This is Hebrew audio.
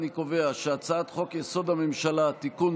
אני קובע שהצעת חוק יסוד: הממשלה (תיקון,